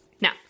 Now